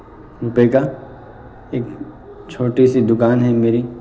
روپئے کا ایک چھوٹی سی دکان ہے میری